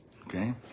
okay